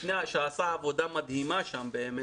לפני שעשה עבודה מדהימה שם באמת,